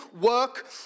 work